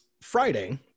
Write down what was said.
Friday